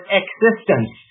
existence